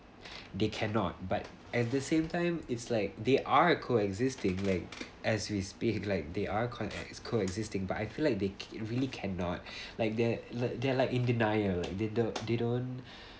they cannot but at the same time it's like they are coexisting like as we speak like they are coex~ coexisting but I feel like they really cannot like that li~ they're like in denial they don't they don't